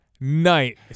night